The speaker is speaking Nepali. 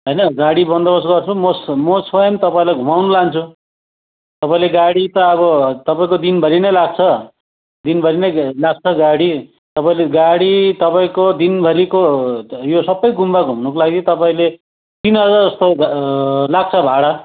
होइन गाडी बन्दोबस्त गर्छु म स्व म स्वयम् तपाईँलाई घुमाउनु लान्छु तपाईँले गाडी त अब तपाईँको दिनभरि नै लाग्छ दिनभरि नै लाग्छ गाडी तपाईँले गाडी तपाईँको दिनभरिको यो सबै गुम्बा घुम्नुको लागि तपाईँले तिन हजार जस्तो लाग्छ भाडा